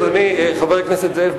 חבר הכנסת זאב,